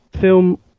film